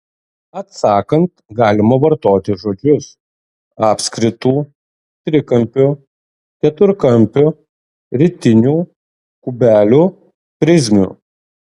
atsakant galima vartoti žodžius apskritų trikampių keturkampių ritinių kubelių prizmių